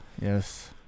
Yes